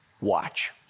Watch